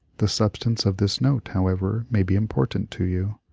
the substance of this note, however, may be important to you.